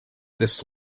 this